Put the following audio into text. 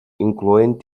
incloent